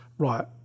right